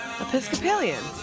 Episcopalian